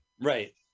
Right